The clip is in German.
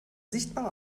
sichtbare